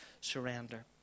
surrender